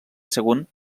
sagunt